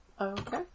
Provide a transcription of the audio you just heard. Okay